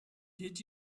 did